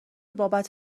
بابت